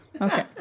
okay